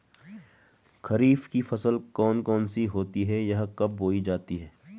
खरीफ की फसल कौन कौन सी होती हैं यह कब बोई जाती हैं?